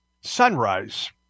Sunrise